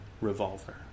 revolver